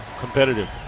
competitive